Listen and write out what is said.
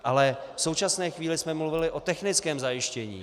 Ale v současné chvíli jsme mluvili o technickém zajištění.